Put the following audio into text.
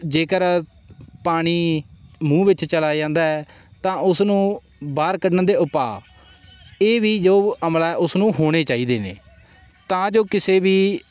ਜੇਕਰ ਪਾਣੀ ਮੂੰਹ ਵਿੱਚ ਚਲਾ ਜਾਂਦਾ ਹੈ ਤਾਂ ਉਸ ਨੂੰ ਬਾਹਰ ਕੱਢਣ ਦੇ ਉਪਾਅ ਇਹ ਵੀ ਜੋ ਅਮਲਾ ਉਸ ਨੂੰ ਹੋਣੇ ਚਾਹੀਦੇ ਨੇ ਤਾਂ ਜੋ ਕਿਸੇ ਵੀ